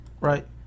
Right